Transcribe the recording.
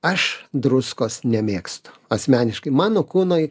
aš druskos nemėgstu asmeniškai mano kūnui